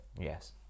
Yes